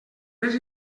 més